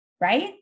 right